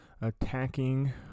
attacking